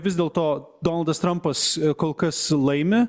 vis dėlto donaldas trampas kol kas laimi